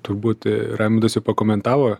turbūt į randasi pakomentavo